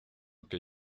que